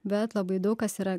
bet labai daug kas yra